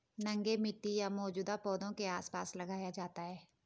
नंगे मिट्टी या मौजूदा पौधों के आसपास लगाया जाता है